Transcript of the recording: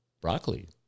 broccoli